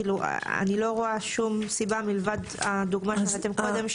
כאילו אני לא רואה שום סיבה מלבד הדוגמה שהבאתם קודם,